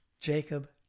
Jacob